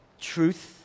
Truth